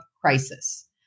crisis